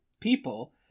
people